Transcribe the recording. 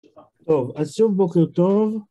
טוב אז שוב בוקר טוב